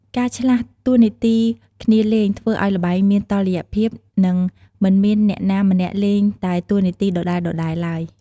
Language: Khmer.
ការឆ្លាស់តួនាទីគ្នាលេង ធ្វើឱ្យល្បែងមានតុល្យភាព និងមិនមានអ្នកណាម្នាក់លេងតែតួនាទីដដែលៗទ្បើយ។